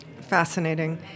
Fascinating